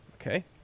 Okay